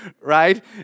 right